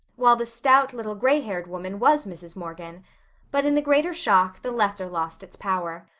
while the stout little gray-haired woman was mrs. morgan but in the greater shock the lesser lost its power.